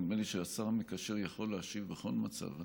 נדמה לי שהשר המקשר יכול להשיב בכל מצב.